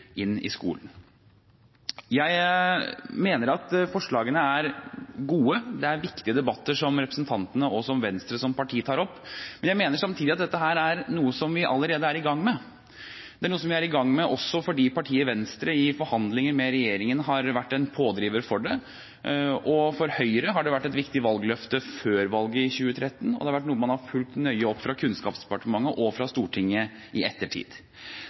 inn i skolen. Jeg mener at forslagene er gode, og at det er viktige debatter som representantene og Venstre som parti tar opp. Men jeg mener samtidig at dette er noe som vi allerede er i gang med. Det er noe som vi er i gang med også fordi partiet Venstre i forhandlinger med regjeringen har vært en pådriver for det. For Høyre var det et viktig valgløfte før valget i 2013, og det er noe man har fulgt nøye opp fra Kunnskapsdepartementet og fra Stortinget i ettertid.